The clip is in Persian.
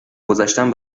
گذشتم